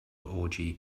orgy